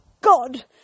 god